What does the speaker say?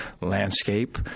landscape